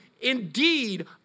indeed